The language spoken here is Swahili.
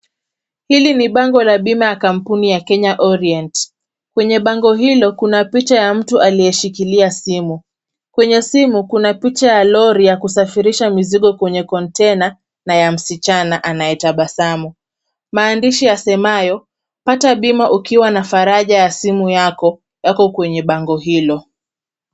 Hili ni bango la bima ya kampuni ya Kenya orient, kwenye bango hilo kuna picha ya mtu aliyeshikilia simu, kwenye simu kuna picha ya lori ya kusafirisha mizigo kwenye kontena na ya msichana anayetabasamu, maandishi yasemayo pata bima ukiwa na faraja ya simu yako yako kwenye bango hilo.